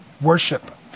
worship